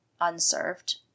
unserved